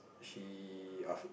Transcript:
she af~